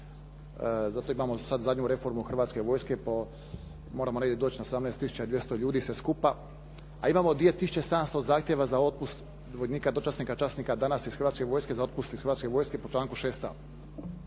Zato imamo sada zadnju reformu Hrvatske vojske pa moramo negdje doći na 18 tisuća 200 ljudi sve skupa, a imamo 2 tisuće 700 zahtjeva za otpust vojnika, dočasnika i časnika danas iz Hrvatske vojske za otpust iz Hrvatske vojske po članku 6.a.